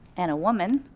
and a woman,